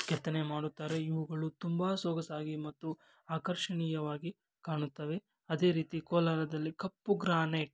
ಕೆತ್ತನೆ ಮಾಡುತ್ತಾರೆ ಇವುಗಳು ತುಂಬ ಸೊಗಸಾಗಿ ಮತ್ತು ಆಕರ್ಷಣೀಯವಾಗಿ ಕಾಣುತ್ತವೆ ಅದೇ ರೀತಿ ಕೋಲಾರದಲ್ಲಿ ಕಪ್ಪು ಗ್ರಾನೈಟ್